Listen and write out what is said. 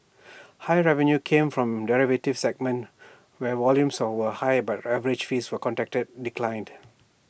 higher revenue came from derivatives segment where volumes were higher but average fees were contract declined